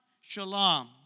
shalom